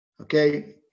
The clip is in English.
Okay